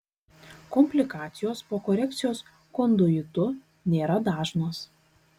komplikacijos po korekcijos konduitu nėra dažnos